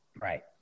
Right